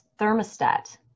thermostat